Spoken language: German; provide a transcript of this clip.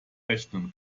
rechnen